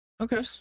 Okay